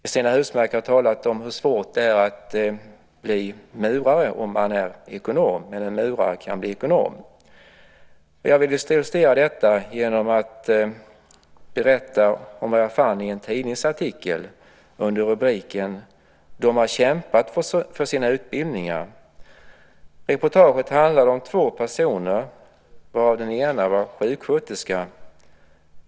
Cristina Husmark Pehrsson har talat om hur svårt det är att bli murare om man är ekonom. Men en murare kan bli ekonom. Jag vill illustrera detta genom att berätta om vad jag fann i en tidningsartikel under rubriken "De har kämpat för sina utbildningar". Reportaget handlade om två personer varav den ena var sjuksköterska.